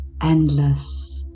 endless